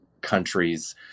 countries